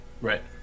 Right